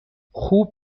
خوب